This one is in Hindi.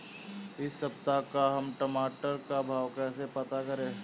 इस सप्ताह का हम टमाटर का भाव कैसे पता करें?